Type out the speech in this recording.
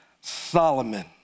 Solomon